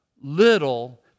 little